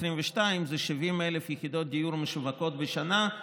זה 70,000 יחידות דיור משווקות בשנה,